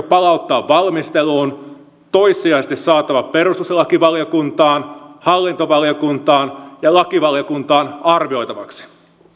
palauttaa valmisteluun toissijaisesti saada perustuslakivaliokuntaan hallintovaliokuntaan ja lakivaliokuntaan arvioitavaksi